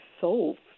solved